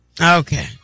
Okay